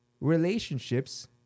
relationships